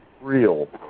real